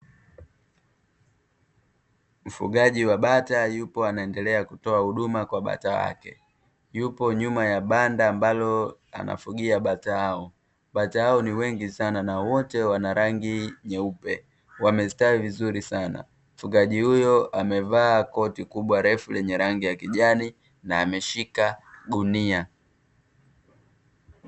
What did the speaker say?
Mfugaji wa bata yupo anaendelea kutoa huduma kwa bata wake; yupo nyuma ya banda ambalo anafugia bata hao bata hao ni wengi sana na wote wana rangi nyeupe wamestawi vizuri sana; mfugaji huyo amevaa koti kubwa refu lenye rangi ya kijani na ameshika gunia.